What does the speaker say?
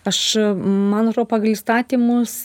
aš man atro pagal įstatymus